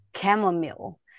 chamomile